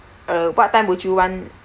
uh what time would you want